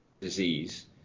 disease